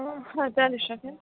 હ ચાલી શકે